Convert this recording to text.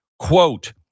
Quote